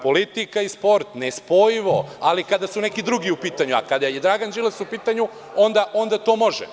Politika i sport, nespojivo, ali kada su neki drugi u pitanju, a kada je Dragan Đilas u pitanju onda to može.